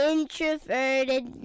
Introverted